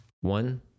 One